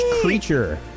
creature